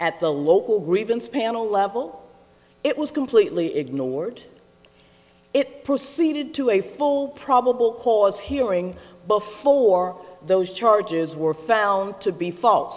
at the local grievance panel level it was completely ignored it proceeded to a full probable cause hearing before those charges were found to be false